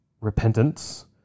repentance